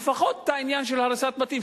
לפחות את העניין של הריסת בתים,